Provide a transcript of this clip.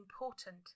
important